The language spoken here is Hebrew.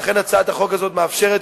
כי הצעת החוק הזאת מאפשרת,